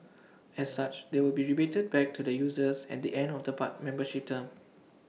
as such they will be rebated back to the users at the end of the part membership term